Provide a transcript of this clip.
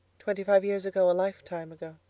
twenty-five years ago. a lifetime ago.